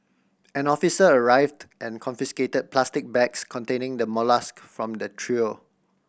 an officer arrived and confiscated plastic bags containing the molluscs from the trio